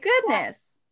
goodness